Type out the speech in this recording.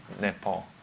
Nepal